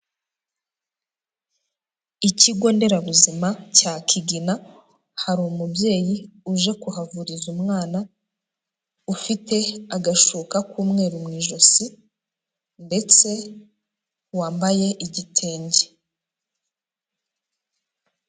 Ikigo nderabuzima cya Kigina, hari umubyeyi uje kuhavuriza umwana ufite agashuka k'umweru mu ijosi ndetse wambaye igitenge.